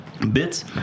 Bits